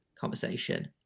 conversation